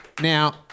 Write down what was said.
Now